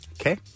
Okay